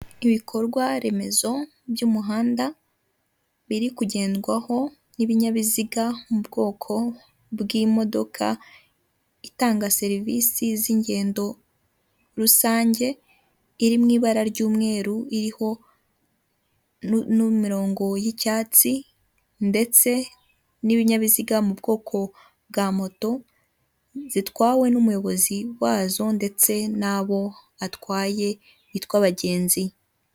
Ibikorwa remezo by'umuhanda biri kugendwaho n'ibinyabiziga mu bwoko bw'imodoka itanga serivisi z'ingendo rusange, iri mu ibara ry'umweru iriho n'imirongo y'icyatsi ndetse n'ibinyabiziga mu bwoko bwa moto zitwawe n'umuyobozi wazo ndetse n'abo batwaye bitwa abagenzi.